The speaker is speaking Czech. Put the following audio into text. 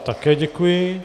Také děkuji.